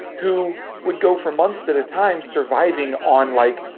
who would go for months at a time surviving on, like,